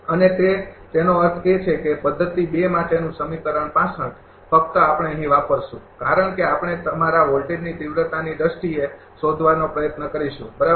અને તે તેનો અર્થ એ છે કે પદ્ધતિ ૨ માટેનું સમીકરણ ૬૫ ફક્ત આપણે અહીં વાપરીશું કારણ કે આપણે તમારા વોલ્ટેજની તિવ્રતાની દ્રષ્ટિએ શોધવાનો પ્રયત્ન કરીશું બરાબર